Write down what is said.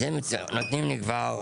אז הם כבר מציבים לי תנאים,